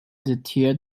theatre